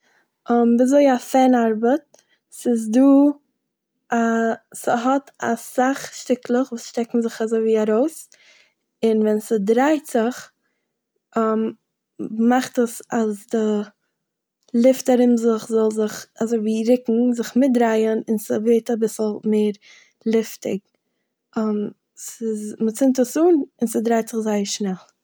וויזוי א פען ארבעט. ס'איז דא א- ס'האט אסאך שטיקלעך וואס שטעקן זיך אזויווי ארויס און ווען ס'דרייט זיך מאכט עס אז די לופט ארום זיך זאל זיך אזויווי ריקן- זיך מיטדרייען און ס'ווערט אביסל מער לופטיג. ס'איז- מ'צינדט עס אן און ס'דרייט זיך זייער שנעל.